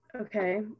Okay